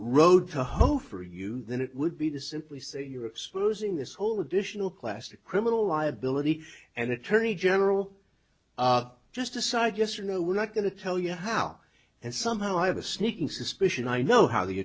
road to hoe for you than it would be to simply say you're exposing this whole additional class to criminal liability and attorney general just decide yes or no we're not going to tell you how and somehow i have a sneaking suspicion i know how the